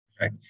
Right